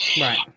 Right